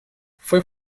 fue